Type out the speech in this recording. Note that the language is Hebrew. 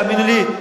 תאמינו לי,